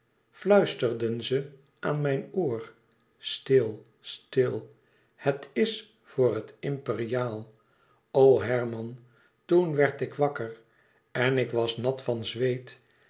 fluisterden ze aan mijn ooren stil stil het is voor het imperiaal o herman toen werd ik wakker en ik was nat van zweet